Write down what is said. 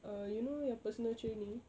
err you know yang personal training